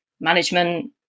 management